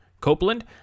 Copeland